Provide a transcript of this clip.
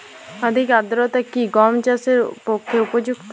অধিক আর্দ্রতা কি গম চাষের পক্ষে উপযুক্ত?